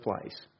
place